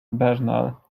bernal